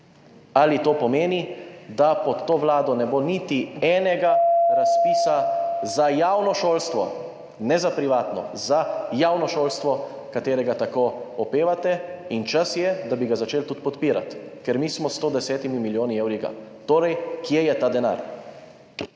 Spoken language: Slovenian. Ali to pomeni, da pod to vlado ne bo niti enega razpisa za javno šolstvo, ne za privatno, za javno šolstvo, ki ga tako opevate? Čas je, da bi ga začeli tudi podpirati. Ker mi smo s 110 milijoni evrov ga. Torej, kje je ta denar?